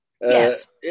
Yes